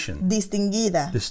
distinguida